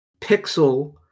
pixel